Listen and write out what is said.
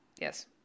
Yes